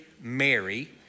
Mary